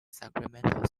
sacramento